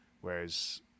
whereas